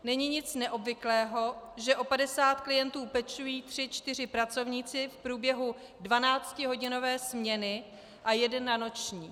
Není nic neobvyklého, že o padesát klientů pečují tři čtyři pracovníci v průběhu dvanáctihodinové směny a jeden na noční.